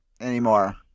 anymore